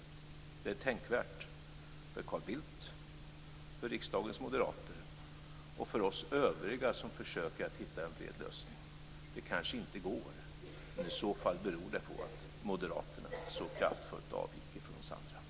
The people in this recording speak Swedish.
Detta är tänkvärt för Carl Bildt, för riksdagens moderater och för oss övriga, som försöker att hitta en bred lösning. Det kanske inte går, men i så fall beror det på att moderaterna så kraftfullt avviker från oss andra.